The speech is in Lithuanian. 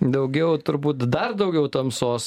daugiau turbūt dar daugiau tamsos